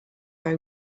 are